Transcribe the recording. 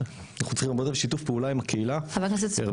אנחנו צריכים הרבה יותר שיתוף פעולה עם הקהילה ויותר,